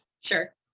Sure